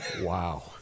Wow